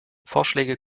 vorschläge